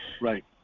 Right